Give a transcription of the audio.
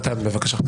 מתן בבקשה.